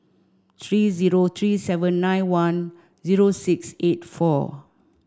three zero three seven nine one zero six eight four